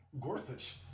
Gorsuch